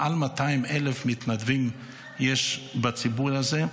מעל 200,000 מתנדבים יש בציבור הזה.